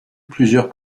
plusieurs